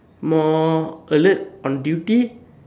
more alert on duty